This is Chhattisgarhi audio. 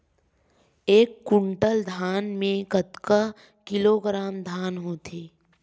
एक कुंटल धान में कतका किलोग्राम धान होथे?